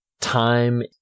time